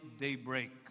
daybreak